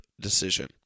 decision